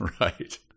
right